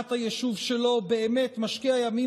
בהגנת היישוב שלו באמת משקיע ימים